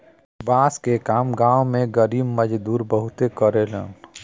बांस के काम गांव में गरीब मजदूर बहुते करेलन